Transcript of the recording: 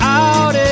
out